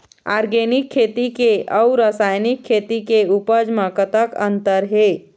Organic खेती के अउ रासायनिक खेती के उपज म कतक अंतर हे?